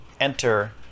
enter